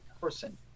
person